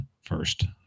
first